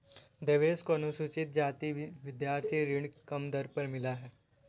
देवेश को अनुसूचित जाति विद्यार्थी ऋण कम दर पर मिला है